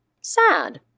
sad